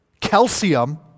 calcium